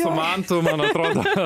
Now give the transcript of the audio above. su mantu man atrodo